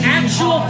actual